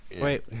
Wait